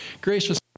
Gracious